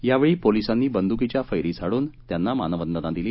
यावेळी पोलिसांनी बंद्कीच्या फैरी झाडून त्यांना मानवंदना दिली